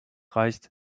reicht